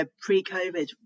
pre-COVID